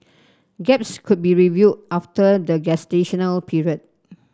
gaps could be reviewed after the gestational period